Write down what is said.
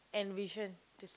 and vision to s~